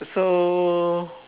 so